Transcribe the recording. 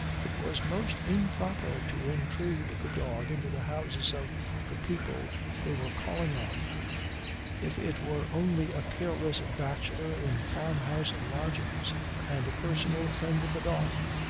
it was most improper to intrude the dog into the houses of the people they were calling on if it were only a careless bachelor in farmhouse lodgings and a personal friend of the dog.